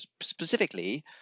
specifically